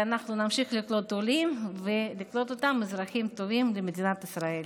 ואנחנו נמשיך לקלוט עולים כאזרחים טובים למדינת ישראל.